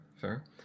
Fair